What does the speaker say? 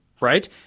right